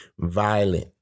violent